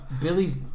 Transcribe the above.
Billy's